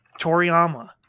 Toriyama